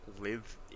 live